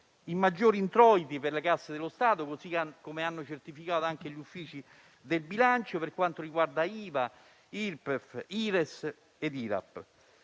in maggiori introiti per le casse dello Stato, così come hanno certificato anche gli Uffici del bilancio, per quanto riguarda IVA, Irpef, Ires e IRAP.